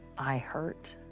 i hurt.